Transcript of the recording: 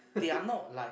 they are not like